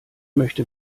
möchte